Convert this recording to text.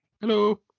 Hello